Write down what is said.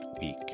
week